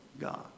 God